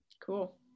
cool